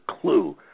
clue